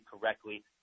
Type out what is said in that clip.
correctly